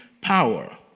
power